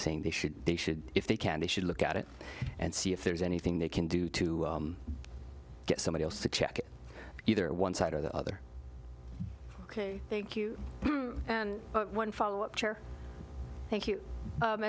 saying they should they should if they can they should look at it and see if there's anything they can do to get somebody else to check either one side or the other ok thank you and one follow up care thank you